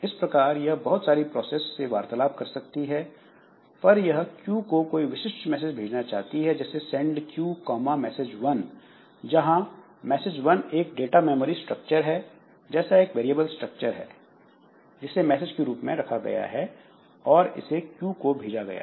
इस प्रकार यह बहुत सारी प्रोसेस से वार्तालाप कर सकती है पर यह Q को कोई विशिष्ट मैसेज भेजना चाहती है जैसे send Q comma message one जहां मैसेज वन एक डाटा मेमोरी स्ट्रक्चर जैसा एक वेरिएबल स्ट्रक्चर है जिसे मैसेज के रूप में रखा गया है और इसे Q को भेजा गया है